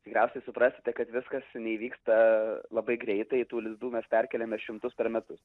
tikriausiai suprasite kad viskas neįvyksta labai greitai tų lizdų mes perkeliame šimtus per metus